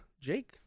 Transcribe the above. Jake